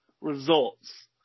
results